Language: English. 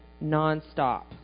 non-stop